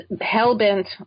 hell-bent